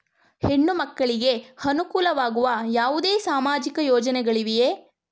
ಹೆಣ್ಣು ಮಕ್ಕಳಿಗೆ ಅನುಕೂಲವಾಗುವ ಯಾವುದೇ ಸಾಮಾಜಿಕ ಯೋಜನೆಗಳಿವೆಯೇ?